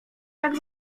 tak